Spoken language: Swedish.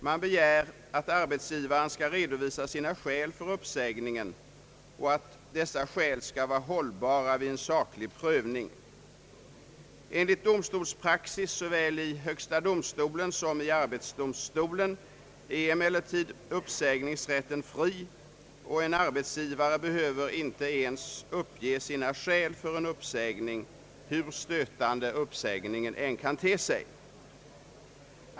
Man begär att arbetsgivaren skall redovisa sina skäl för uppsägningen och att dessa skäl skall vara hållbara vid en saklig prövning. domstolen som i arbetsdomstolen är emellertid uppsägningsrätten i princip fri. En arbetsgivare behöver inte ens uppge sina skäl för en uppsägning, hur stötande än uppsägningen kan te sig.